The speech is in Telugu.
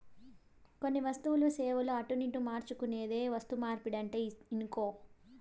కొన్ని వస్తువులు, సేవలు అటునిటు మార్చుకునేదే వస్తుమార్పిడంటే ఇనుకో